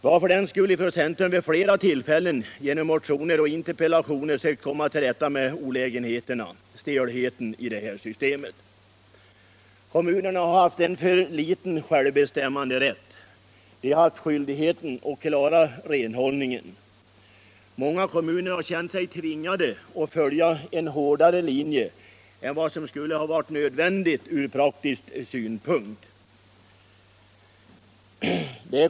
: Vi har från centern vid flera tillfällen genom motioner och interpellationer sökt komma till rätta med olägenheterna, stelheten, i systemet. Kommunerna har haft för liten självbestämmanderätt. De har haft skyldigheten att klara renhållningen. Många kommuner har känt sig tvingade att följa en hårdare linje än vad som skulle varit nödvändigt från praktisk synpunkt.